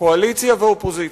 קואליציה ואופוזיציה,